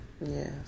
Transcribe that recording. Yes